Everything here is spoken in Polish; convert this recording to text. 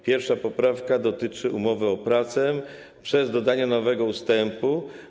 Pierwsza poprawka dotyczy umowy o pracę przez dodanie nowego ustępu.